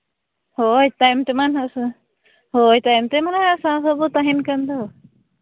ᱦᱳᱭ ᱛᱟᱭᱚᱢ ᱛᱮᱢᱟ ᱦᱳᱭ ᱛᱟᱭᱚᱢ ᱛᱮ ᱢᱟ ᱥᱟᱶ ᱛᱮᱠᱚ ᱛᱟᱦᱮᱱ ᱠᱟᱱ ᱫᱚ